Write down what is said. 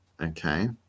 okay